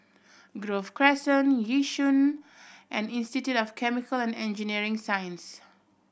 Grove Crescent Yishun and Institute of Chemical and Engineering Science